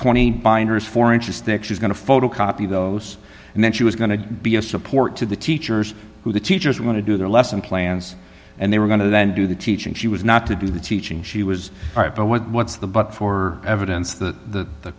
twenty binders four inches thick she's going to photocopy those and then she was going to be a support to the teachers who the teachers want to do their lesson plans and they were going to do the teaching she was not to do the teaching she was right but what's the but for evidence that th